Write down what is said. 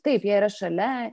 taip jie yra šalia